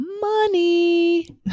money